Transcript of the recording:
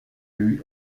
lui